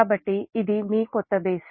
కాబట్టి ఇది మీ క్రొత్త బేస్